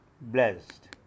blessed